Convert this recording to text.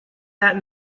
that